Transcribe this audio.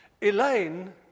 Elaine